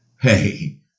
Hey